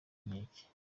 inkeke